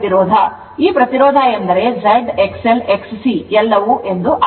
ಈ ಪ್ರತಿರೋಧ ಎಂದರೆ Z XL XC ಎಲ್ಲವೂ ಎಂದರ್ಥ